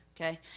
Okay